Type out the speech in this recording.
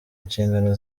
inshingano